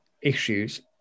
issues